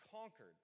conquered